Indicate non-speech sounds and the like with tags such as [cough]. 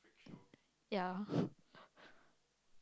ya [breath]